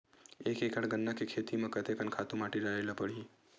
एक एकड़ गन्ना के खेती म कते कन खातु माटी डाले ल पड़ही?